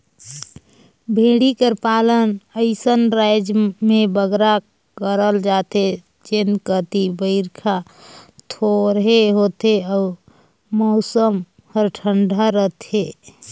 भेंड़ी कर पालन अइसन राएज में बगरा करल जाथे जेन कती बरिखा थोरहें होथे अउ मउसम हर ठंडा रहथे